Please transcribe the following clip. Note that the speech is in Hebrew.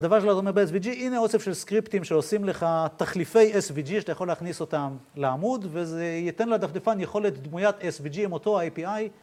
הדבר שאני רוצה לומר ב-SVG, הנה אוסף של סקריפטים שעושים לך תחליפי SVG שאתה יכול להכניס אותם לעמוד וזה ייתן לדפדפן יכולת דמויית SVG עם אותו IPI